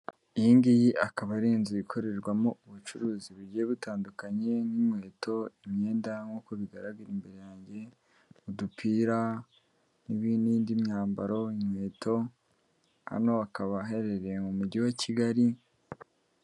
Iyi ngiyi akaba ari inzu ikorerwamo ubucuruzi bugiye butandukanye nk'inkweto, imyenda, nk'uko bigaragara imbere yanjye, udupira n'indi myambaro, inkweto, hano hakaba haherereye mu mujyi wa Kigali.